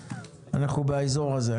אנחנו באזור הזה.